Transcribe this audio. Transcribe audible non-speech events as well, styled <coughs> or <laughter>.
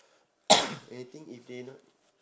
<coughs> anything if they not